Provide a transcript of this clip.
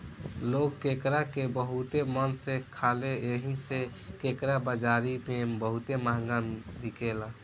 लोग केकड़ा के बहुते मन से खाले एही से केकड़ा बाजारी में बहुते महंगा बिकाला